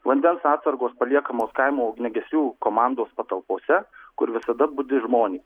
vandens atsargos paliekamos kaimo ugniagesių komandos patalpose kur visada budi žmonės